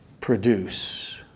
produce